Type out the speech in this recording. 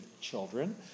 children